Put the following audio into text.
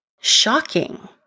shocking